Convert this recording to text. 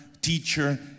teacher